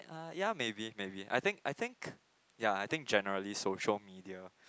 uh ya maybe maybe I think I think ya I think generally social media